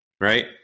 right